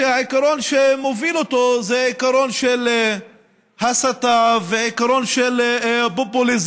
כנראה שהעיקרון שמוביל אותו זה העיקרון של הסתה והעיקרון של הפופוליזם.